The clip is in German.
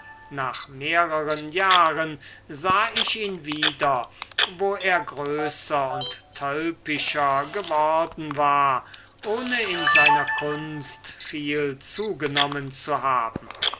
nach mehreren jahren sah ich ihn wieder wo er größer und tölpischer geworden war ohne in seiner kunst viel zugenommen zu haben